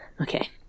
Okay